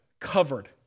covered